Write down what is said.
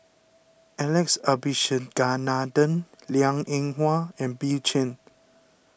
Alex Abisheganaden Liang Eng Hwa and Bill Chen